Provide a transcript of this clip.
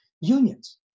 unions